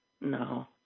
No